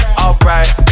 alright